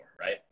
right